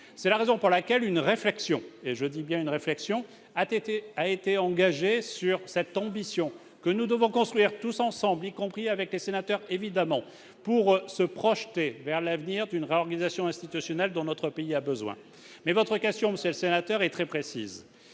C'est la raison pour laquelle une réflexion- je dis bien : une réflexion -a été engagée sur cette ambition que nous devons construire tous ensemble, y compris, évidemment, avec les sénateurs, pour se projeter vers l'avenir d'une réorganisation institutionnelle dont notre pays a besoin. S'agissant de votre question précise, monsieur le sénateur, s'il y avait,